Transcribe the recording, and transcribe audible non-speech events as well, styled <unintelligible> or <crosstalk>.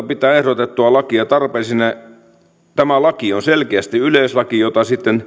<unintelligible> pitää ehdotettua lakia tarpeellisena tämä laki on selkeästi yleislaki jota